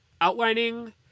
outlining